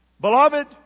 beloved